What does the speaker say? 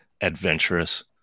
adventurous